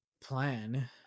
plan